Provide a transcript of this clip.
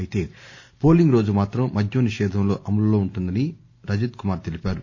అయితే పోలింగ్ రోజు మాత్రం మద్య నిషేధం అమలులో ఉంటుందని రజత్ కుమార్ తెలిపారు